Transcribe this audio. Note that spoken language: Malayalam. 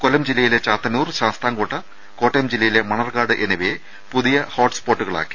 കൊല്ലം ജില്ലയിലെ ചാത്തന്നൂർ ശാസ്താംകോട്ട കോട്ടയം ജില്ലയിലെ മണർകാട് എന്നിവയെ പുതിയ ഹോട്ട്സ്പോട്ടുകളാക്കി